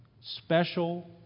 special